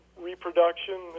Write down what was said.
reproduction